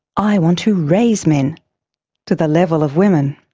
i want to raise men to the level of women.